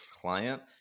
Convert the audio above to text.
client